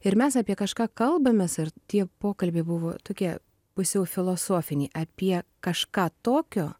ir mes apie kažką kalbamės ir tie pokalbiai buvo tokie pusiau filosofiniai apie kažką tokio